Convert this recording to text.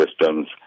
systems